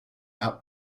out